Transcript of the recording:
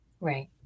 Right